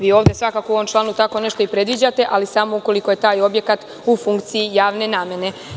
Vi u ovom članu tako nešto i predviđate, ali samo ukoliko je taj objekat u funkciji javne namene.